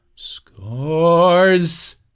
Scores